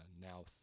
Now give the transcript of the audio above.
now